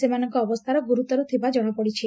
ସେମାନଙ୍କ ଅବସ୍ଥା ଗୁରୁତର ଥିବା ଜଣାପଡ଼ିଛି